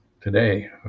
today